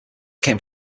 came